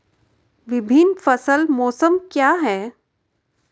विभिन्न फसल मौसम क्या हैं?